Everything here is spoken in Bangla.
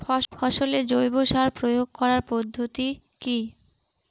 ফসলে জৈব সার প্রয়োগ করার পদ্ধতি কি?